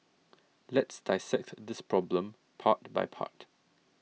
let's dissect this problem part by part